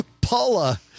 Paula